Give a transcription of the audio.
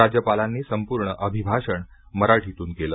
राज्यपालांनी संपूर्ण अभिभाषण मराठीतून केलं